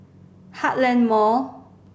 Heartland Mall